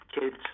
kids